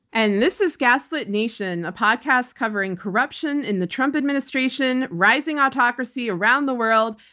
and this is gaslit nation, a podcast covering corruption in the trump administration, rising autocracy around the world,